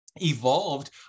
evolved